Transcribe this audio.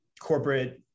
corporate